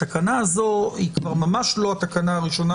התקנה הזו היא כבר ממש לא התקנה הראשונה